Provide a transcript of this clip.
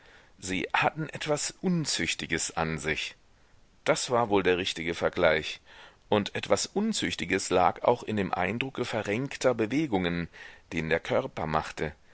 sie hatten etwas unzüchtiges an sich das war wohl der richtige vergleich und etwas unzüchtiges lag auch in dem eindrucke verrenkter bewegungen den der körper machte